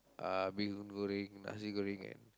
uh mee-hoon-goreng nasi-goreng and